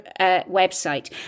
website